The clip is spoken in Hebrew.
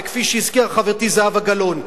וכפי שהזכירה חברתי זהבה גלאון,